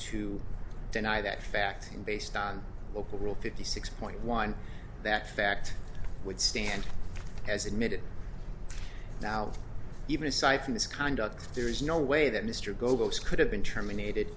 to deny that fact based on local rule fifty six point one that fact would stand as admitted now even aside from misconduct there is no way that mr goebbels could have been terminated